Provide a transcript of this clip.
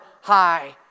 high